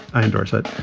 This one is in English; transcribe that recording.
i endorse it.